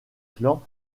clan